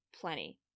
plenty